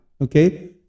okay